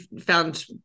found